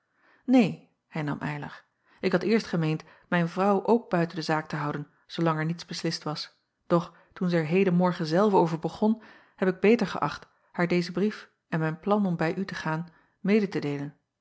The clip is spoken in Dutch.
een hernam ylar ik had eerst gemeend mijn an latere zorg acob van ennep laasje evenster delen vrouw ook buiten de zaak te houden zoolang er niets beslist was doch toen zij er heden morgen zelve over begon heb ik beter geächt haar dezen brief en mijn plan om bij u te gaan mede te deelen